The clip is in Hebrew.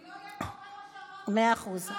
אני לא אהיה פה אחרי מה שאמרת, מאה אחוז.